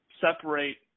separate